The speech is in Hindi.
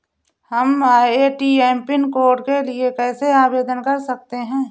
हम ए.टी.एम पिन कोड के लिए कैसे आवेदन कर सकते हैं?